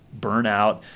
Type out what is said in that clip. burnout